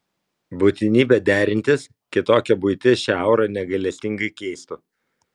būtinybė derintis kitokia buitis šią aurą negailestingai keistų